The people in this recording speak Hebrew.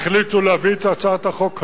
החליטו להביא את הצעת החוק היום,